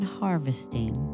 harvesting